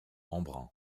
embrun